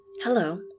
Hello